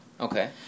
Okay